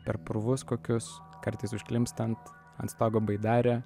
per purvus kokius kartais užklimpstant ant stogo baidarė